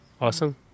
Awesome